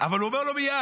אבל הוא אומר לו מייד: